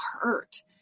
hurt